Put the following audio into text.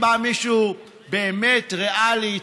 בא מישהו באמת ריאלי,